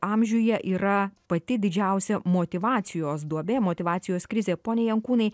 amžiuje yra pati didžiausia motyvacijos duobė motyvacijos krizė pone jankūnai